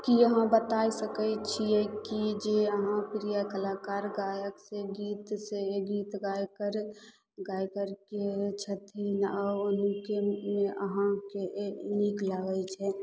कि अहाँ बतै सकै छिए कि जे अहाँ प्रिय कलाकार गायक से गीत से गीत गायक गायक के छथिन आओर हुनकामे अहाँके के नीक लागै छै